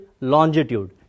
longitude